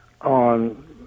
on